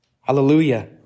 Hallelujah